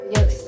Yes